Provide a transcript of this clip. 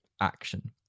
action